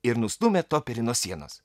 ir nustūmė toperį nuo sienos